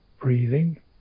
breathing